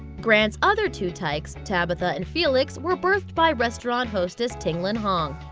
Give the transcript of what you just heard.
grant's other two tykes, tabitha and felix were birthed by restaurant hostess tinglan hong.